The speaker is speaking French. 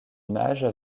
images